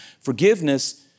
Forgiveness